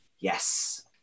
Yes